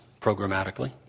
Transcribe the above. programmatically